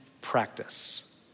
practice